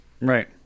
Right